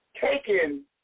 Taken